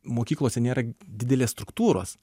mokyklose nėra didelės struktūros